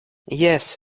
jes